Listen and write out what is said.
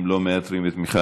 אם לא מאתרים את מיכל,